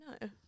No